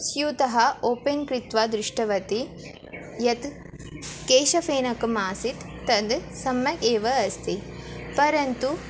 स्यूतः ओपेन् कृत्वा दृष्टवती यत् केशफेनकम् आसीत् तद् सम्यक् एव अस्ति परन्तु